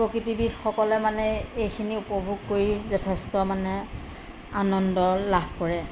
প্ৰকৃতিবিদসকলে মানে এইখিনি উপভোগ কৰি যথেষ্ট মানে আনন্দ লাভ কৰে